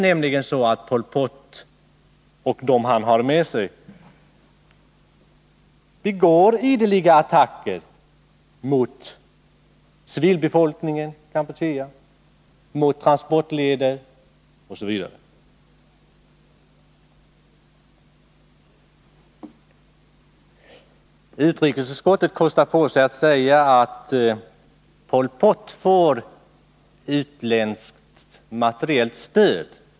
Pol Pot och hans anhängare gör nämligen ideliga attacker mot civilbefolkningen i Kampuchea, mot transportleder osv. Utrikesutskottet kostar på sig att säga att Pol Pot får utländskt materiellt stöd.